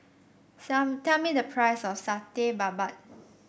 sale me tell me the price of Satay Babat